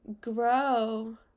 grow